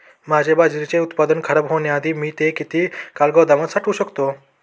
माझे बाजरीचे उत्पादन खराब होण्याआधी मी ते किती काळ गोदामात साठवू शकतो?